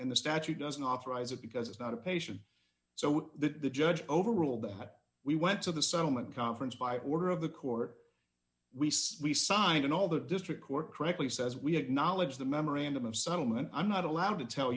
and the statute doesn't authorize it because it's not a patient so that the judge overruled that we went to the settlement conference by order of the court we said we signed and all the district court correctly says we have knowledge the memorandum of settlement i'm not allowed to tell